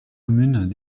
communes